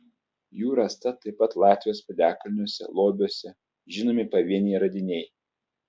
jų rasta taip pat latvijos piliakalniuose lobiuose žinomi pavieniai radiniai